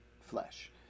flesh